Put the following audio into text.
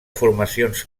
formacions